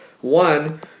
One